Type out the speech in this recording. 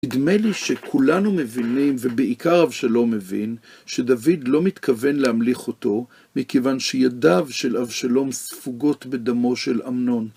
נדמה לי שכולנו מבינים, ובעיקר אבשלום מבין, שדוד לא מתכוון להמליך אותו, מכיוון שידיו של אבשלום ספוגות בדמו של אמנון.